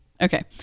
Okay